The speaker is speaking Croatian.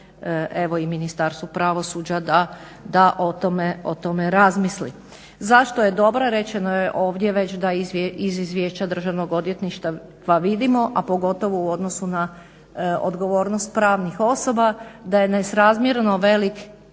evo i Ministarstvu pravosuđa da o tome razmisli. Zašto je dobra? Rečeno je ovdje već da iz izvješća Državnog odvjetništva vidimo, a pogotovo u odnosu na odgovornost pravnih osoba, da je nesrazmjerno velik